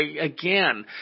again